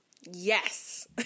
yes